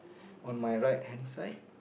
on my right hand side